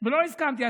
ולא הסכמתי.